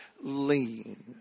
lean